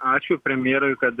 ačiū premjerui kad